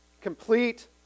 complete